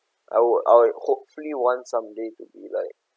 I would I hopefully want someday to be like